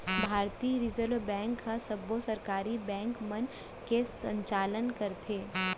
भारतीय reserve bank ह सबो सहकारी बेंक मन के संचालन करथे